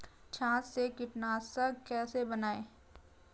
छाछ से कीटनाशक कैसे बनाएँ?